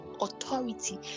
authority